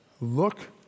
look